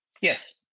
Yes